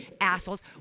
assholes